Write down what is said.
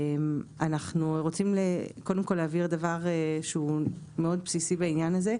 אנחנו רוצים קודם כל להבהיר דבר שהוא מאוד בסיסי בעניין הזה.